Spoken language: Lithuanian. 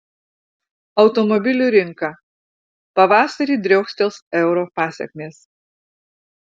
automobilių rinka pavasarį driokstels euro pasekmės